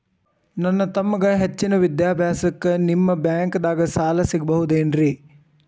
ನನ್ನ ತಮ್ಮಗ ಹೆಚ್ಚಿನ ವಿದ್ಯಾಭ್ಯಾಸಕ್ಕ ನಿಮ್ಮ ಬ್ಯಾಂಕ್ ದಾಗ ಸಾಲ ಸಿಗಬಹುದೇನ್ರಿ?